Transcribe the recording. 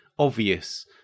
obvious